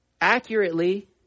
accurately